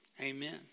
Amen